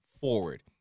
forward